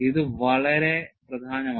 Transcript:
ഇത് വളരെ പ്രധാനമാണ്